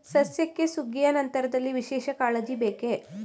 ಸಸ್ಯಕ್ಕೆ ಸುಗ್ಗಿಯ ನಂತರದಲ್ಲಿ ವಿಶೇಷ ಕಾಳಜಿ ಬೇಕೇ?